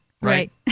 Right